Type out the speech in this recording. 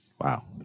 Wow